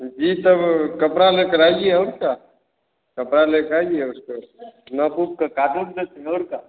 जी तब कपड़ा लेकर आइए और क्या कपड़ा लेकर आइए उसको नाप ऊपर लेकर काट उट देते हैं और क्या